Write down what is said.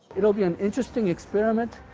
it will be an interesting experiment.